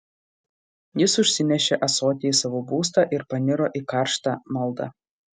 jis užsinešė ąsotį į savo būstą ir paniro į karštą maldą